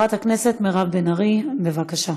חברת הכנסת מירב בן ארי, בבקשה.